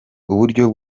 uburyo